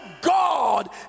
God